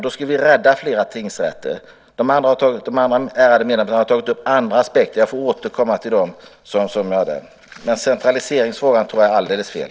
Då skulle vi rädda flera tingsrätter. De andra debattörerna har tagit upp andra aspekter. Jag får återkomma till dem senare. Men centraliseringsfrågan tror jag är alldeles fel.